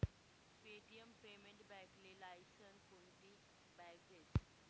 Paytm payment बॅकले license कोनती bank देस?